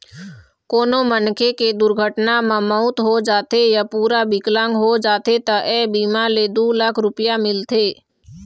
कोनो मनखे के दुरघटना म मउत हो जाथे य पूरा बिकलांग हो जाथे त ए बीमा ले दू लाख रूपिया मिलथे